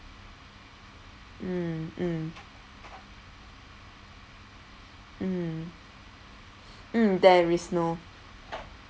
mm mm mm mm there is no